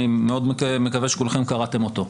אני מאוד מקווה שכולכם קראתם אותו.